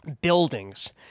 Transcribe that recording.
Buildings